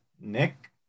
Nick